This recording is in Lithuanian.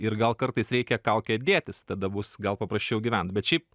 ir gal kartais reikia kaukę dėtis tada bus gal paprasčiau gyvent bet šiaip